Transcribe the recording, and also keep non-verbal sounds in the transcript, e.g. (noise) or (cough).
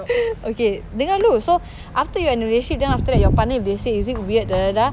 (noise) okay dengar dulu so after you're in a relationship that after that your partner if they say is it weird dah dah dah